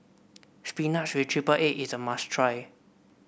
spinach with triple egg is a must try